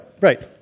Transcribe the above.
right